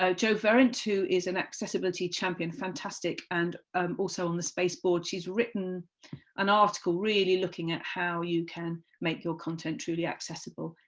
ah jo verrent, who is an accessibility champion, fantastic, and um also on the space board, she has written an article really looking at how you can make your content truly accessible,